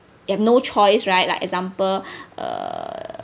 you have no choice right like example err